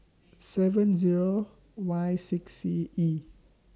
seven Zero Y six C E